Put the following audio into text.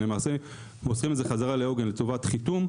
אנחנו מוסרים את זה חזרה לעוגן לטובת חיתום,